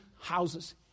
houses